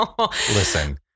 listen